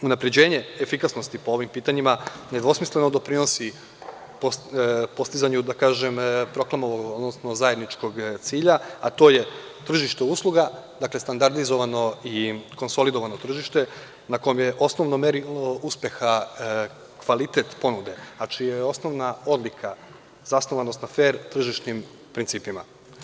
Unapređenje efikasnosti po ovim pitanjima nedvosmisleno doprinosi postizanju, da kažem, proklamovanog odnosno zajedničkog cilja a to je tržište usluga, dakle, standarizovano i konsolidovano tržište na kom je osnovno merilo uspeha kvalitet ponude, a čija je osnovna odlika zasnovanost na fer tržišnim principima.